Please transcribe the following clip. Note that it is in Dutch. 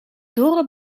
dorre